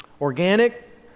Organic